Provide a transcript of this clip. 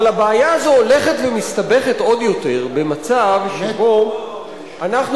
אבל הבעיה הזאת הולכת ומסתבכת עוד יותר במצב שבו אנחנו